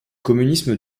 communisme